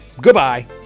Goodbye